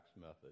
method